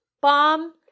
bomb